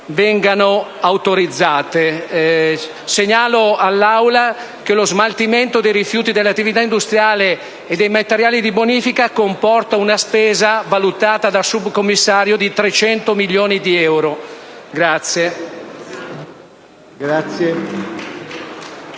vengano autorizzate. Segnalo all'Assemblea che lo smaltimento dei rifiuti nell'attività industriale e dei materiali di bonifica comporta una spesa valutata dal subcommissario di 300 milioni di euro.